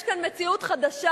יש כאן מציאות חדשה,